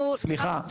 --- סליחה,